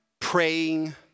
praying